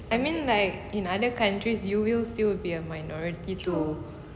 I mean like in other countries you will still be a minority too